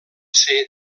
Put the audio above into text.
ser